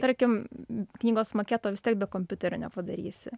tarkim knygos maketo vis tiek be kompiuterio nepadarysi